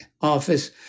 office